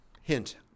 Hint